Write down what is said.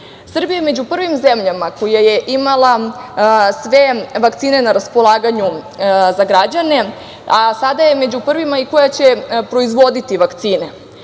Srbija je među prvim zemljama koja je imala sve vakcine na raspolaganju za građane, a sada je među prvima i koja će proizvoditi vakcine.